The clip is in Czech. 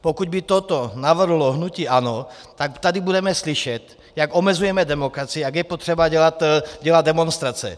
Pokud by toto navrhlo hnutí ANO, tak tady budeme slyšet, jak omezujeme demokracii, jak je potřeba dělat demonstrace.